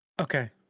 Okay